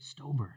Stober